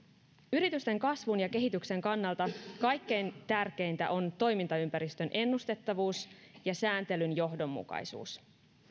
yritysten kasvun ja kehityksen kannalta kaikkein tärkeintä on toimintaympäristön ennustettavuus ja sääntelyn johdonmukaisuus